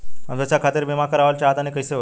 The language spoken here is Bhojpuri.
हम शिक्षा खातिर बीमा करावल चाहऽ तनि कइसे होई?